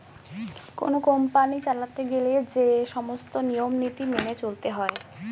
কোন কোম্পানি চালাতে গেলে যে সমস্ত নিয়ম নীতি মেনে চলতে হয়